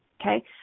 Okay